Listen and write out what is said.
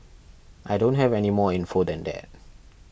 I don't have any more info than that